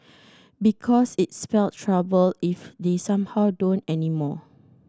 because it'd spell trouble if they somehow don't anymore